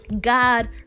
God